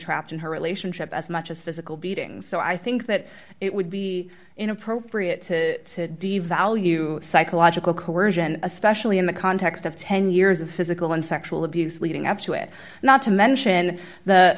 trapped in her relationship as much as physical beatings so i think that it would be inappropriate to devalue psychological coersion especially in the context of ten years of physical and sexual abuse leading up to it not to mention the